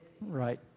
Right